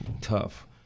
tough